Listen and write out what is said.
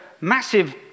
massive